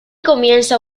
comienza